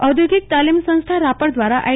આઈ આધોગિક તાલીમ સંસ્થા રાપર દ્વારા આઈ